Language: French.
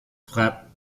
frappent